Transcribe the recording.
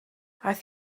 aeth